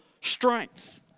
strength